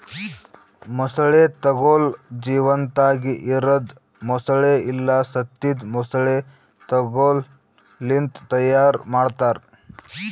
ಮೊಸಳೆ ತೊಗೋಲ್ ಜೀವಂತಾಗಿ ಇರದ್ ಮೊಸಳೆ ಇಲ್ಲಾ ಸತ್ತಿದ್ ಮೊಸಳೆ ತೊಗೋಲ್ ಲಿಂತ್ ತೈಯಾರ್ ಮಾಡ್ತಾರ